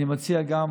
אני מציע גם